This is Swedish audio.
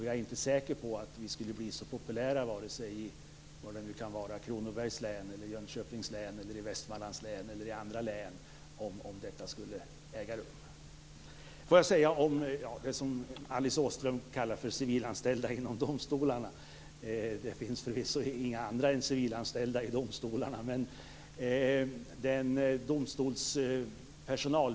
Jag är inte säker på att vi skulle bli så populära i vare sig Kronobergs län, Jönköpings län, Västmanlands län eller i andra län om detta skulle ske. När det gäller det som Alice Åström kallar för civilanställda inom domstolarna vill jag säga att det förvisso inte finns några andra inom domstolarna än civilanställda.